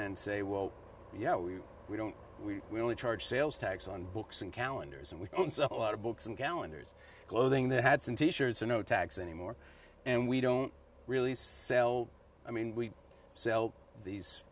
and say well you know we we don't we we only charge sales tax on books and calendars and we don't sell out of books and calendars clothing that had some teachers or no tags anymore and we don't really sell i mean we sell these